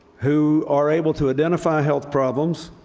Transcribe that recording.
who are able to identify health problems,